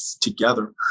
together